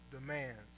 demands